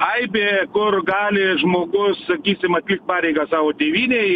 aibė kur gali žmogus sakysim atlikt pareigą savo tėvynei